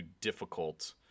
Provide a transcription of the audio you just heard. difficult